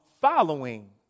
following